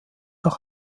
noch